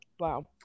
Wow